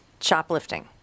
shoplifting